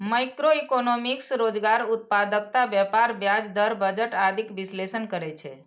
macroeconomics रोजगार, उत्पादकता, व्यापार, ब्याज दर, बजट आदिक विश्लेषण करै छै